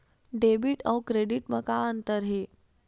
Debit अउ credit म का अंतर हे?